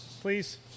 Please